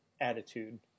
attitude